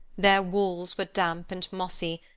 their walls were damp and mossy,